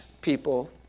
people